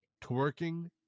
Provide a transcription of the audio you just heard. twerking